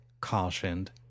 cautioned